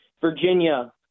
Virginia